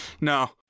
No